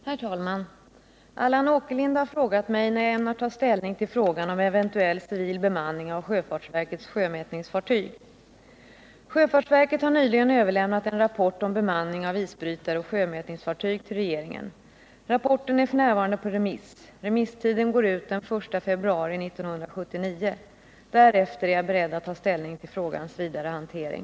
Herr talman! Allan Åkerlind har frågat mig när jag ämnar ta ställning till frågan om eventuell civil bemanning av sjöfartsverkets sjömätningsfartyg. Sjöfartsverket har nyligen överlämnat en rapport om bemanning av isbrytare och sjömätningsfartyg till regeringen. Rapporten är f. n. på remiss. Remisstiden går ut den 1 februari 1979. Därefter är jag beredd att ta ställning till frågans vidare hantering.